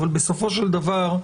אבל בסופו של דבר,